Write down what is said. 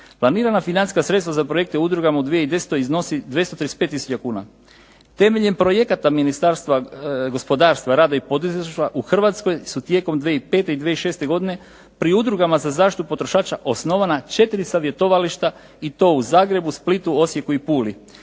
Planirana financijska sredstva za projekte udrugama u 2010. godini iznosi 235 tisuća kuna. Temeljem projekata Ministarstva gospodarstva, rada i poduzetništva u Hrvatskoj su tijekom 2005. i 2006. godine pri udrugama za zaštitu potrošača osnovana četiri savjetovališta i to u Zagrebu, Splitu, Osijeku i Puli.